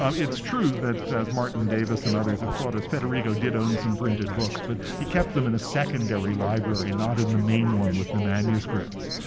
um it's true that, as martin davies and others have taught us, federigo did own some printed books, but he kept them in a secondary library, not in the main one with the manuscripts.